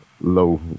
low